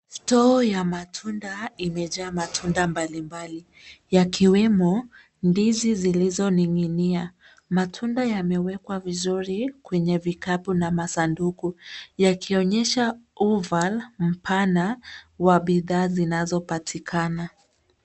Store ya matunda imejaa matunda mbalimbali, yakiwemo ndizi zilizoning’inia. Matunda yamewekwa vizuri kwenye vikapu na masanduku, yakionyesha uvan mpana wa bidhaa zinazopatikana.